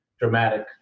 dramatic